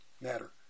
matter